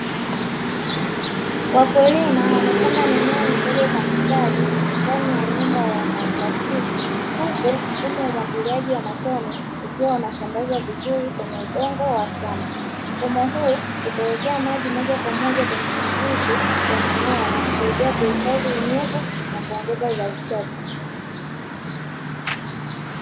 Wakulima wamepanda mimea midogo kwa mstari ndani ya nyumba ya maplastiki, huku mfumo wa umwagiliaji wa matone ukiwa unasambazwa vizuri kwenye udongo wa shamba, mfumo huu hupelekea maji moja kwa moja kwenye mizizi ya mimea na kusaidia kuhifadhi unyevu na kuongeza uzalishaji.